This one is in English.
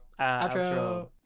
outro